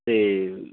ਅਤੇ